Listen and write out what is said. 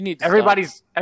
everybody's